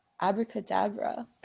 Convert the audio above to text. Abracadabra